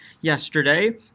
yesterday